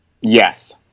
Yes